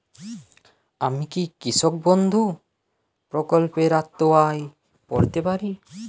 আমি কি কৃষক বন্ধু প্রকল্পের আওতায় পড়তে পারি?